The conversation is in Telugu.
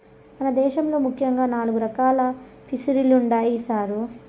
మన దేశంలో ముఖ్యంగా నాలుగు రకాలు ఫిసరీలుండాయి సారు